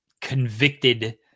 convicted